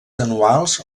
anuals